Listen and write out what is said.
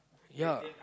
ya